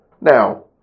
Now